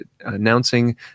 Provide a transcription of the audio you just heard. announcing